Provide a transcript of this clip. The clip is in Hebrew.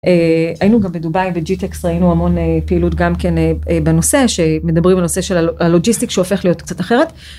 היינו גם בדובאי בג'י טקס ראינו המון פעילות גם כן בנושא, שמדברים על נושא של, של הלוג'יסטיק שהופך להיות קצת אחרת.